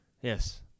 Yes